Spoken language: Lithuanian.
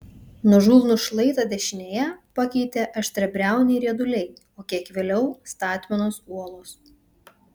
nuožulnų šlaitą dešinėje pakeitė aštriabriauniai rieduliai o kiek vėliau statmenos uolos